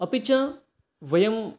अपि च वयम्